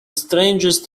strangest